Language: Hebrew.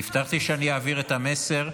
הבטחתי שאני אעביר את המסר,